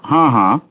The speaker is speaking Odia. ହଁ ହଁ